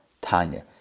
Tanya